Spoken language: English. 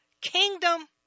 kingdom